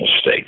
state